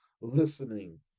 listening